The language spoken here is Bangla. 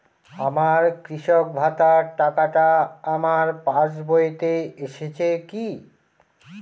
আমার কৃষক ভাতার টাকাটা আমার পাসবইতে এসেছে কি?